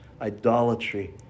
idolatry